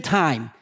time